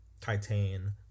Titan